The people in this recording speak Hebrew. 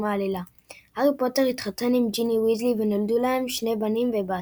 העלילה הארי פוטר התחתן עם ג'יני ויזלי ונולדו להם שני בנים ובת.